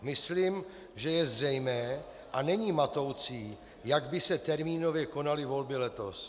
Myslím, že je zřejmé a není matoucí, jak by se termínově konaly volby letos.